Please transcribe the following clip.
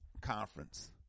conference